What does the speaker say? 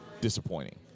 disappointing